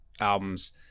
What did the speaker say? albums